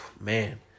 Man